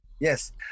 Yes